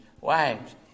wives